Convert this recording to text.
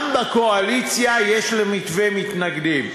גם בקואליציה יש למתווה מתנגדים.